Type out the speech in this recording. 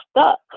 stuck